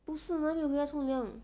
不是哪有回家冲凉